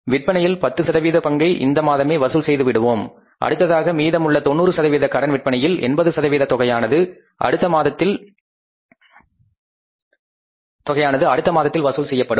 விற்பனையில் 10 சதவீத பங்கை இந்த மாதமே வசூல் செய்து விடுவோம் அடுத்ததாக மீதமுள்ள 90 சதவீத கடன் விற்பனையின் 80 சதவீத தொகையானது அடுத்த மாதத்தில் வசூல் செய்யப்படும்